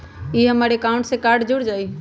ई हमर अकाउंट से कार्ड जुर जाई?